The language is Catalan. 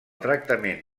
tractament